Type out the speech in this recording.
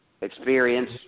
experience